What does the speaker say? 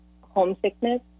homesickness